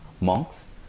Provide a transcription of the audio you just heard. monks